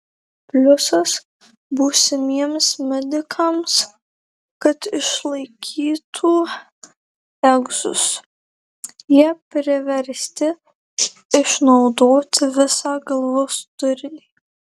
pliusas būsimiems medikams kad išlaikytų egzus jie priversti išnaudoti visą galvos turinį